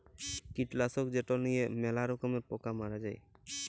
কীটলাসক যেট লিঁয়ে ম্যালা রকমের পকা মারা হ্যয়